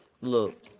look